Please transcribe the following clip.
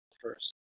first